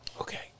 Okay